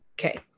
okay